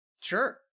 Sure